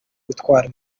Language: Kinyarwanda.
gutwara